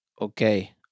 Okay